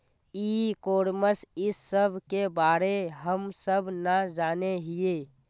ई commerce इस सब के बारे हम सब ना जाने हीये?